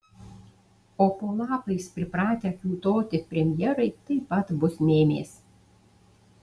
o po lapais pripratę kiūtoti premjerai taip pat bus mėmės